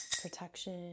protection